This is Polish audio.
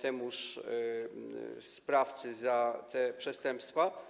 temuż sprawcy za te przestępstwa.